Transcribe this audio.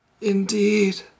Indeed